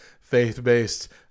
faith-based